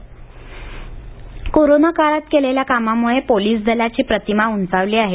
corona काळात केलेल्या कामामुळे पोलीस दलाची प्रतिमा उंचावली आहे